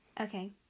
Okay